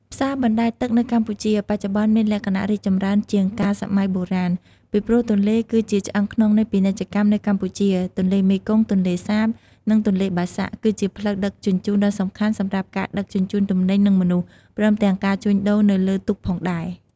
ផ្សារបណ្ដែតទឹកនៅកម្ពុជា បច្ចុប្បន្នមានលក្ខណៈរីកចម្រើនជាងកាលសម័យបុរាណ ពីព្រោះទន្លេគឺជាឆ្អឹងខ្នងនៃពាណិជ្ជកម្មនៅកម្ពុជា ទន្លេមេគង្គ ទន្លេសាប និងទន្លេបាសាក់ គឺជាផ្លូវដឹកជញ្ជូនដ៏សំខាន់សម្រាប់ការដឹកជញ្ជូនទំនិញ និងមនុស្ស ព្រមទាំងការជួញដូរនៅលើទូកផងដែរ។